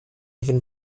even